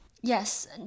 Yes